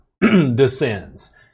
descends